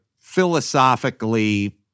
philosophically